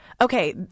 okay